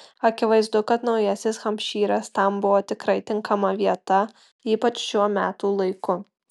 akivaizdu kad naujasis hampšyras tam buvo tikrai tinkama vieta ypač šiuo metų laiku